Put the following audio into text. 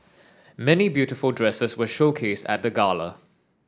many beautiful dresses were showcased at the gala